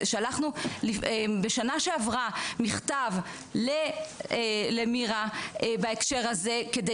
שלחנו בשנה שעברה מכתב למירה בהקשר הזה כדי